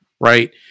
right